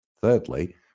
Thirdly